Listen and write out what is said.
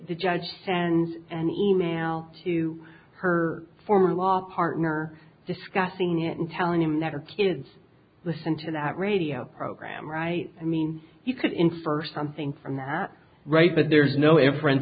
the judge sent an e mail to her former law partner discussing it and telling him that her kids listen to that radio program right i mean you could infer something from that right but there's no